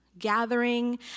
gathering